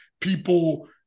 people